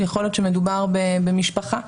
יכול להיות שמדובר במשפחה,